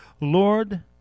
Lord